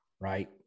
Right